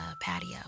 patio